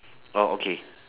orh okay